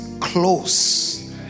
close